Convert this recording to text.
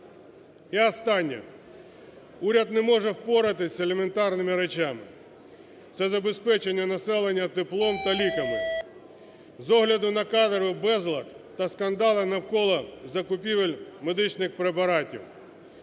І останнє. Уряд не може впоратись з елементарними речами, це забезпечення населення теплом та ліками, з огляду на кадровий безлад та скандали навколо закупівель медичних препаратів.